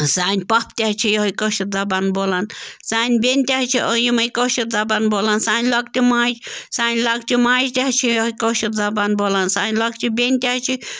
سانہِ پۅپھٕ تہِ حظ چھِ یِہَے کٲشِر زبان بولان سانہِ بٮ۪نہِ تہِ حظ چھِ یِمَے کٲشِر زبان بولان سانہِ لۄکٹہٕ ماجہِ سانہِ لۄکچہٕ ماجہٕ تہِ حظ چھِ یِہَے کٲشِر زبان بولان سانہِ لۄکچہٕ بٮ۪نہِ تہِ حظ چھِ